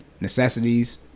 necessities